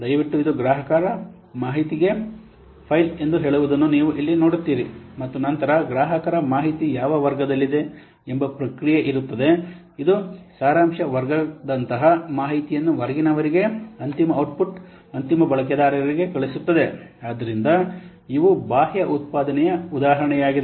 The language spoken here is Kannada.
ದಯವಿಟ್ಟು ಇದು ಗ್ರಾಹಕ ಮಾಹಿತಿ ಮಾಹಿತಿ ಫೈಲ್ ಎಂದು ಹೇಳುವದನ್ನು ನೀವು ಇಲ್ಲಿ ನೋಡುತ್ತೀರಿ ಮತ್ತು ನಂತರ ಗ್ರಾಹಕರ ಮಾಹಿತಿ ಯಾವ ವರ್ಗದಲ್ಲಿದೆ ಎಂಬ ಪ್ರಕ್ರಿಯೆ ಇರುತ್ತದೆ ಇದು ಸಾರಾಂಶ ವರ್ಗದಂತಹ ಮಾಹಿತಿಯನ್ನು ಹೊರಗಿನವರಿಗೆ ಅಂತಿಮ ಔಟ್ಪುಟ್ನ ಅಂತಿಮ ಬಳಕೆದಾರರಿಗೆ ಕಳುಹಿಸುತ್ತದೆ ಆದ್ದರಿಂದಲೇ ಇವು ಬಾಹ್ಯ ಉತ್ಪಾದನೆಯ ಉದಾಹರಣೆಯಾಗಿದೆ